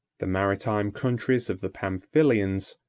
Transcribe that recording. the maritime countries of the pamphylians,